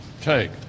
take